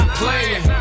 playing